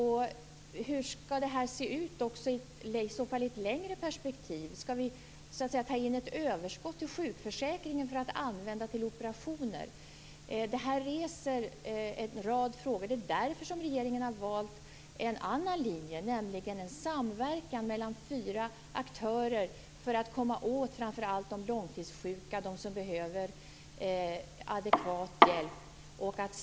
Hur skall detta se ut i ett längre perspektiv? Skall vi ta in ett överskott i sjukförsäkringen för att använda till operationer? Det här reser en rad frågor. Det är därför som regeringen har valt en annan linje, nämligen en samverkan mellan fyra aktörer för att komma åt framför allt de långtidssjuka, de som behöver adekvat hjälp.